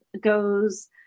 goes